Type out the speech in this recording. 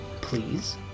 please